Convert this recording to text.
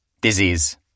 disease